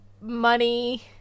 money